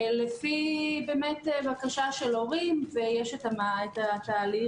לפי בקשה של ההורים, ויש בקשה